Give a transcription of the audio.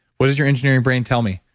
what does your engineering brain tell me?